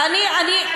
ואני,